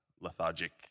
lethargic